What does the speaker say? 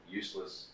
useless